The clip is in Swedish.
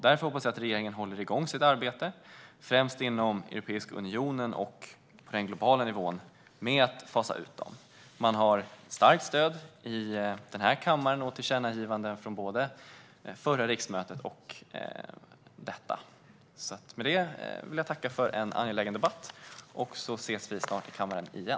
Därför hoppas jag att regeringen håller igång sitt arbete, främst inom Europeiska unionen och på den globala nivån, att fasa ut dem. Regeringen har ett starkt stöd i denna kammare, och det finns tillkännagivanden från både det förra riksmötet och detta. Jag tackar för en angelägen debatt, och vi ses snart i kammaren igen.